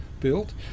built